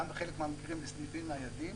גם בחלק מהמקרים לסניפים ניידים.